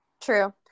True